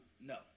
No